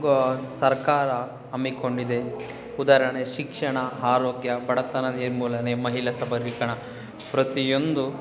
ಸರ್ಕಾರ ಹಮ್ಮಿಕೊಂಡಿದೆ ಉದಾಹರಣೆ ಶಿಕ್ಷಣ ಆರೋಗ್ಯ ಬಡತನ ನಿರ್ಮೂಲನೆ ಮಹಿಳಾ ಸಬಲೀಕರ್ಣ ಪ್ರತಿಯೊಂದು